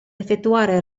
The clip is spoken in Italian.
effettuare